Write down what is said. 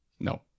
No